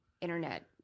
internet